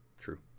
True